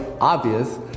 obvious